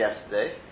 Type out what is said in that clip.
yesterday